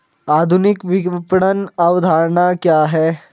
आधुनिक विपणन अवधारणा क्या है?